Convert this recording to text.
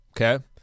okay